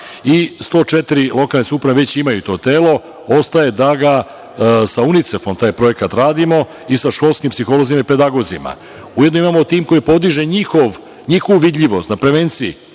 i 104. lokalne samouprave već imaju to telo, ostaje da ga, a sa UNICEF-om taj projekat radimo i sa školskim psiholozima i pedagozima, pa ujedno imamo tim koji podiže njihovu vidljivost na prevenciji,